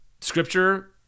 Scripture